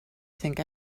think